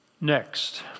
Next